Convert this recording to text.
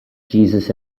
jesus